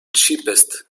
cheapest